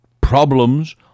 problems